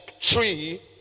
tree